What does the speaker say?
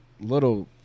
little